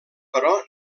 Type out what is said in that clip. però